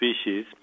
species